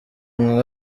nka